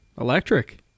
Electric